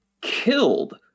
killed